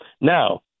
Now